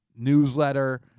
newsletter